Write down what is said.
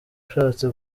ushatse